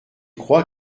crois